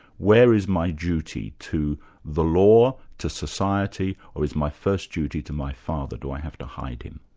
where is my duty, to the law, to society, or is my first duty to my father? do i have to hide him?